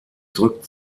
drückt